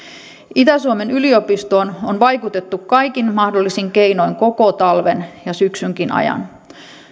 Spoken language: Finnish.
itä suomen yliopistoon on vaikutettu kaikin mahdollisin keinoin koko talven ja syksynkin ajan